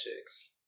Chicks